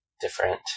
different